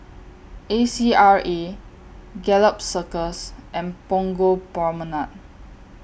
A C R A Gallop Circus and Punggol Promenade